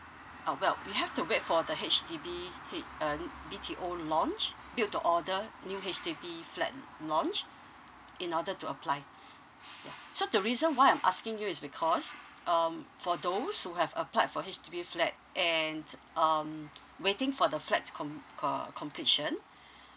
ah well you have to wait for the H_D_B H~ um B_T_O launch build to order new H_D_B flat l~ launch in order to apply ya so the reason why I'm asking you is because um for those who have applied for H_D_B flat and um waiting for the flat's com~ uh completion